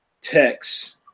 text